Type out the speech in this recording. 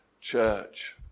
Church